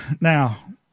Now